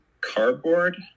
cardboard